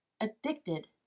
addicted